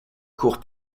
cours